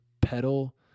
pedal